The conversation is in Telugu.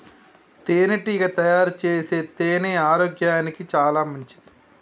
తేనెటీగ తయారుచేసే తేనె ఆరోగ్యానికి చాలా మంచిది